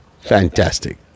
Fantastic